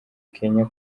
kenya